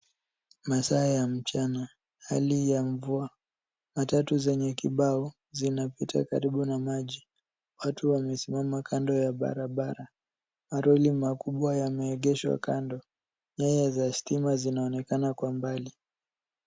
Masaa ya mchana, hali ya mvua, matatu zenye kibao zinapita karibu na maji, watu wamesimama kando ya barabara, maroli makubwa yameegeshwa kando. Nyaya za stima zinaonekana kwa mbali.